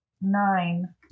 nine